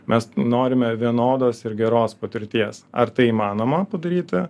mes norime vienodos ir geros patirties ar tai įmanoma padaryti